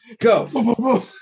Go